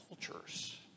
cultures